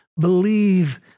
believe